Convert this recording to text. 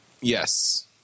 Yes